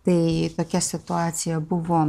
tai tokia situacija buvo